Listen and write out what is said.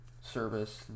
service